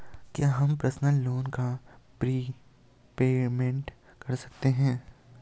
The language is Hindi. क्या हम पर्सनल लोन का प्रीपेमेंट कर सकते हैं?